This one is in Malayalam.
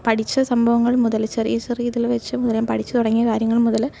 പഠിച്ച സംഭവങ്ങൾ മുതൽ ചെറിയ ചെറിയ ഇതില് വച്ച് ഇതുവരെയും പഠിച്ചു തുടങ്ങിയ കാര്യങ്ങൾ മുതല്